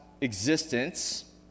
existence